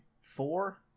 four